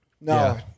No